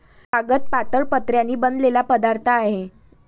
कागद पातळ पत्र्यांनी बनलेला पदार्थ आहे